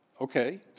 okay